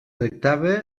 tractava